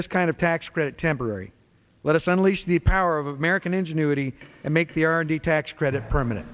this kind of tax credit temporary let us unleash the power of american ingenuity and make the r and d tax credit permanent